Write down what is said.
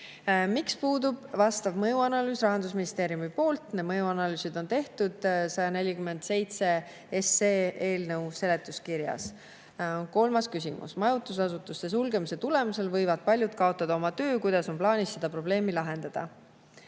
"Miks puudub vastav mõjuanalüüs Rahandusministeeriumi poolt?" Mõjuanalüüsid on 147 SE seletuskirjas. Kolmas küsimus: "Majutusasutuste sulgemise tulemusel võivad paljud kaotada oma töö. Kuidas on plaanis seda probleemi lahendada?"